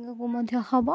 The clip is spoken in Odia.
ଆଗକୁ ମଧ୍ୟ ହେବ